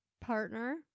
partner